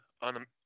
on